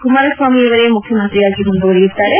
ಕುಮಾರಸ್ವಾಮಿಯವರೇ ಮುಖ್ಯಮಂತ್ರಿಯಾಗಿ ಮುಂದುವರಿಯುತ್ತಾರೆ